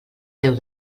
déu